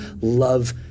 love